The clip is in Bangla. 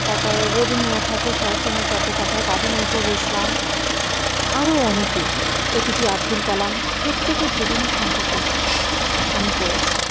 তার পরে রবীন্দ্রনাথ ঠাকুর শরৎচন্দ্র চট্টোপাধ্যায় কাজী নজরুল ইসলাম আরও অনেকে A P J Abdul Kalam প্রত্যেকের জীবনের সম্পর্কে আমি পড়েছি